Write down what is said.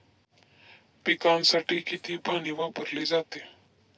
पिकांसाठी किती पाणी वापरले जाते?